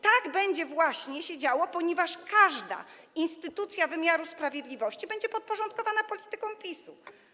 Tak właśnie będzie się działo, ponieważ każda instytucja wymiaru sprawiedliwości będzie podporządkowana politykom PiS-u.